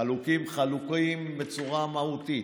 חלוקים, חלוקים בצורה מהותית.